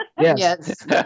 Yes